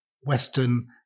Western